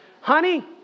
honey